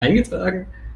eingetragen